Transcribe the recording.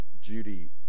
judy